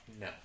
No